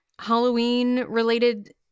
Halloween-related